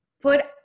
put